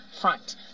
front